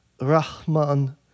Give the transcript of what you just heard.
Rahman